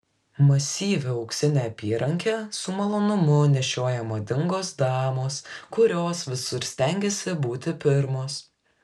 masyvią auksinę apyrankę su malonumu nešioja madingos damos kurios visur stengiasi būti pirmos